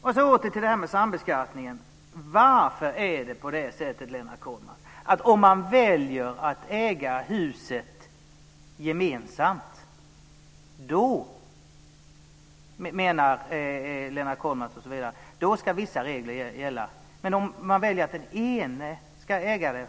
Jag återkommer till sambeskattningen och frågar: Varför är det så, Lennart Kollmats, att om man väljer att äga huset gemensamt ska vissa regler gälla? Hur blir det om man väljer att den ene själv ska äga huset?